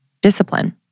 discipline